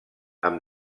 amb